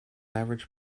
average